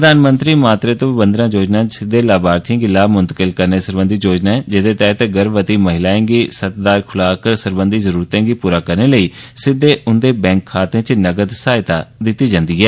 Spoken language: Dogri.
प्रधानमंत्री मातृ वंदना योजना सिद्दे लाभार्थिएं गी लाह् मुंतकिल करने सरबंधी योजना ऐ जेहदे तैहत गर्भवती महिलाएं गी सत्तदार ख्राक सरबंधी जरूरतें गी पूरा करने लेई सिद्दे उंदे बैंक खातें च नगद सहायता उपलब्ध करोआई जंदी ऐ